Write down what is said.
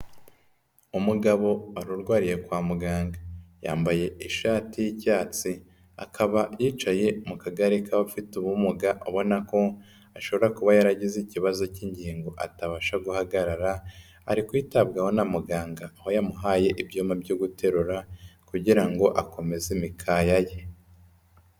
Umugabo wari urwariye kwa muganga, yambaye ishati y'icyatsi, akaba yicaye mu kagari k'abafite ubumuga ubona ko ashobora kuba yaragize ikibazo cy'ingingo atabasha guhagarara, ari kwitabwaho na muganga, aho yamuhaye ibyuma byo guterura kugira ngo akomeze imikaya ye.